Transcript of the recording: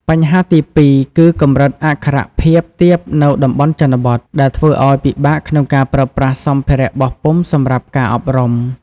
បញ្ហាទីពីរគឺកម្រិតអក្ខរភាពទាបនៅតំបន់ជនបទ ដែលធ្វើឱ្យពិបាកក្នុងការប្រើប្រាស់សម្ភារបោះពុម្ពសម្រាប់ការអប់រំ។